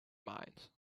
mind